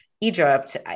Egypt